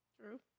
True